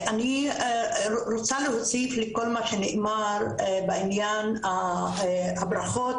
אני רוצה להוסיף לכל מה שנאמר בעניין הברכות,